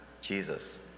Jesus